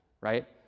right